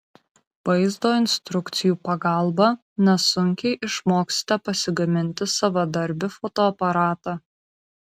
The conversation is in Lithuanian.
vaizdo instrukcijų pagalba nesunkiai išmoksite pasigaminti savadarbį fotoaparatą